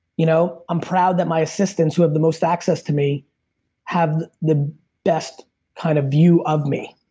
you know i'm proud that my assistants who have the most access to me have the best kind of view of me,